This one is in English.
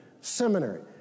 seminary